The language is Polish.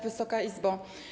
Wysoka Izbo!